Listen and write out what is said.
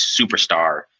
superstar